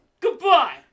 goodbye